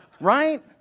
right